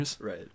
right